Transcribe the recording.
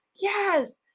yes